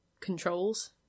controls